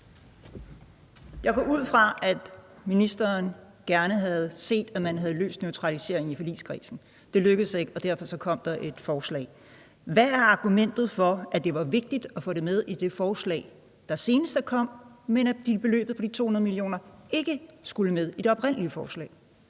Jeg går ud fra, at ministeren gerne havde set, at man havde løst det med neutraliseringen i forligskredsen. Det lykkedes ikke, og derfor kom der et forslag. Hvad er argumentet for, at det var vigtigt at få det med i det forslag, der senest kom, men at beløbet på de 200 mio. kr. ikke skulle med i det oprindelige forslag?